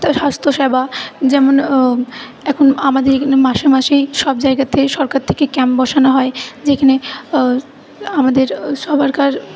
স্বাস্থ্যসেবা যেমন যেমন আমাদের এখানে মাসে মাসেই সব জায়গাতেই সরকার থেকে ক্যাম্প বসানো হয় যেখানে আমাদের সবারকার